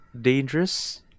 dangerous